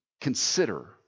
consider